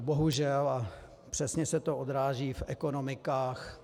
Bohužel přesně se to odráží v ekonomikách.